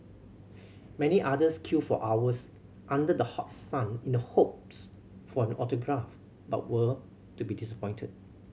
many others queued for hours under the hot sun in the hopes for an autograph but were to be disappointed